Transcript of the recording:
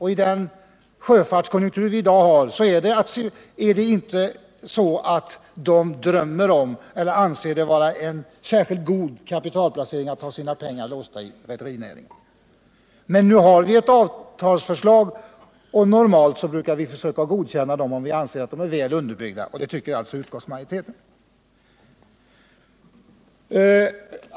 I dagens sjöfartskonjunktur anser man det inte vara ett särskilt god kapitalplacering att ha sina pengar låsta i rederinäringen. Men nu har vi ett avtalsförslag, och normalt brukar vi godkänna dem om vi anser att de är väl underbyggda. Det tycker också utskottsmajoriteten.